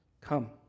come